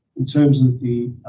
in terms of the,